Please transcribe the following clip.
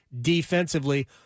defensively